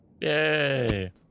Yay